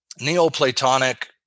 neoplatonic